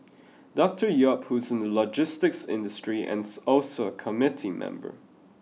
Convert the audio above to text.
Doctor Yap who is in the logistics industry and is also a committee member